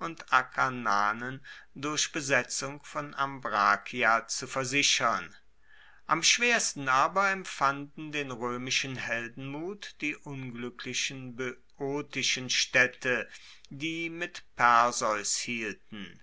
und akarnanen durch besetzung von ambrakia zu versichern am schwersten aber empfanden den roemischen heldenmut die ungluecklichen boeotischen staedte die mit perseus hielten